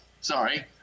Sorry